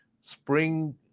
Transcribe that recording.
spring